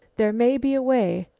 there may be a way.